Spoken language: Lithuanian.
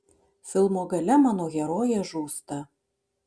filmo gale mano herojė žūsta